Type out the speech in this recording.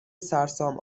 سرسام